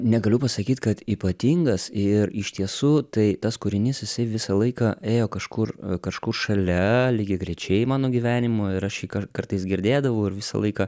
negaliu pasakyt kad ypatingas ir iš tiesų tai tas kūrinys jisai visą laiką ėjo kažkur kažkur šalia lygiagrečiai mano gyvenimo ir aš jį kart kartais girdėdavau ir visą laiką